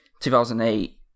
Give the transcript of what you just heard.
2008